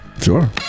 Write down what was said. Sure